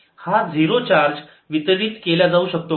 हा zero charge वितरित केल्या जाऊ शकतो काय